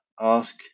ask